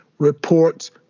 Reports